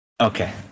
Okay